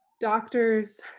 doctors